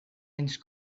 anys